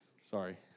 Sorry